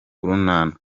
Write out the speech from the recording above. urunana